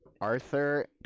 Arthur